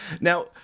Now